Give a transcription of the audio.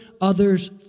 others